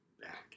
back